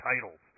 titles